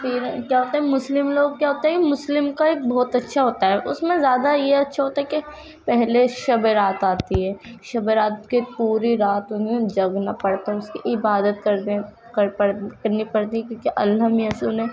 پھر کیا ہوتا ہے مسلم لوگ کیا ہوتا ہے مسلم کا ایک بہت اچّھا ہوتا ہے اس میں زیادہ یہ اچّھا ہوتا ہے کہ پہلے شب رات آتی ہے شبِ رات کے پوری راتوں میں جگنا پڑتا ہے اس کی عبادت کرتے ہیں کرنی پڑتی ہے کیونکہ اللّہ میاں سے انہیں